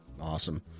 Awesome